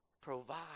provide